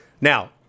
Now